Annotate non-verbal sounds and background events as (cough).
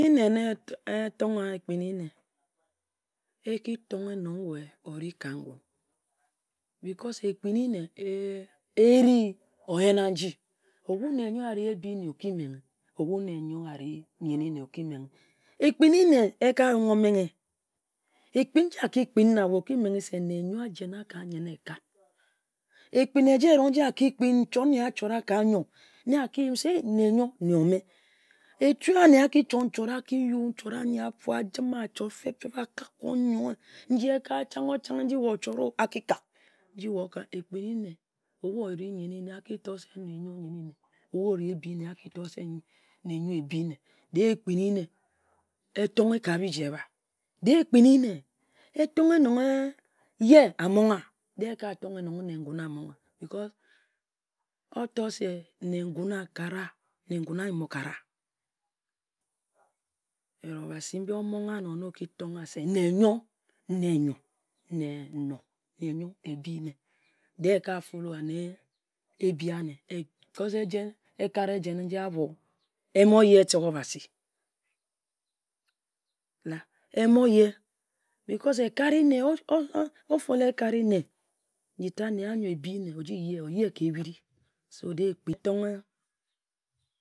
Ekpin-ni nne na etongha ekpin-ni nne nong ori ka ngun. Because ekpin-ni nne ee eri oyen-na nji o-bu nne na ari ebi nne oki menghe, nne yor ari nyen ni nne oki menghe se nne yor ari nyeni-nne. Ekpin-ni nne eka yonghe omenghe. Ekpin nji a ki-jen na we, o-ki menghe se nne yor a-jen-na ka nyen-ne ekat. Ekpin eje erong nji a ki kpin, nchot yee a-chora ka nyor, eki yim se, eeh, nne yor nne ome. E-tu ane a ki chot-n-chot, ayok nchot anyi afo, a-jim a chot feb-feb, achor adu akak ka oyoi, ka chang-o-chang nji o-chot-o, aki kak. Ekpin-ni nne, o-bu ori nyenni-nne aki tor se we nyen-ni nne, o-bu ori ehbie nne aki tor se we abhi nne. De-e ekpini-ne etonghe ka biji eba, de-e ekpin-ni nne etonghe nong ye amongha. De-e eka tonghe se nne ngun na amongha. O-tor se nne ngun aka ra, nne ngun, a-yim-o-kara. But Obasi mbi omongha na oki tonghe se, nne yor ne eno, nne yor ebi nne. (unintelligible) De-e eka follow ane ebi ane (unintelligible) ka o-bu etor se ejen ekat ejem nji abho yen eteek Obasi, e-mo ye. Because ekat-ri-nne, o-follow ekat nne, nji tat, nne anyo ebi-ne oji ye ka ehbiri.